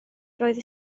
roedd